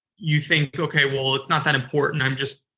you think, okay, well, it's not that important, i'm just.